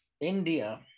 India